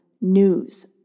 news